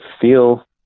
feel